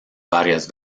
varias